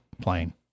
plane